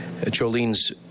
Jolene's